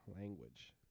language